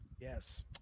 Yes